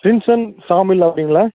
டிரின்சன் சாமிள் ஆர்ட்டுங்களா